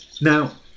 Now